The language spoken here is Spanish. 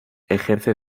ejerce